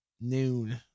noon